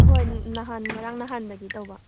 ꯍꯣꯏ ꯅꯍꯥꯟ ꯉꯔꯥꯡ ꯅꯍꯥꯟꯗꯒꯤ ꯇꯧꯕ